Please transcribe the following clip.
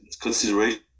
consideration